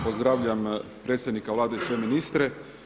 pozdravljam predsjednika Vlade i sve ministre.